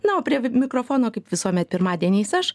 na o prie mikrofono kaip visuomet pirmadieniais aš